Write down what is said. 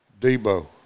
Debo